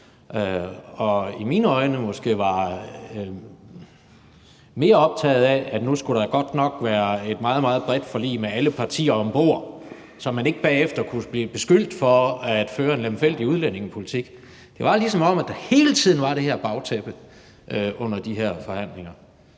og i mine øjne måske var mere optagede af, at nu skulle der godt nok være et meget, meget bredt forlig med alle partier om bord, så man ikke bagefter kunne blive beskyldt for at føre en lemfældig udlændingepolitik. Det var, ligesom om der hele tiden var det her bagtæppe under de her forhandlinger,